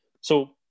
So-